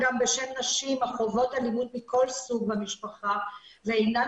נשים החוות אלימות מכל סוג במשפחה ואינן